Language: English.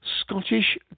Scottish